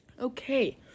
Okay